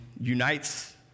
unites